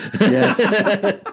Yes